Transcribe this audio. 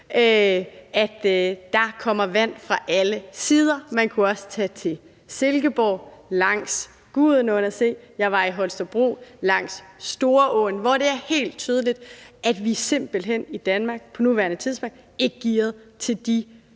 at der kommer vand fra alle sider. Man kunne også tage til Silkeborg og se langs Gudenåen og langs Storåen ved Holstebro, hvor jeg var, hvor det er helt tydeligt, at vi i Danmark på nuværende tidspunkt simpelt hen ikke